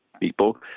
people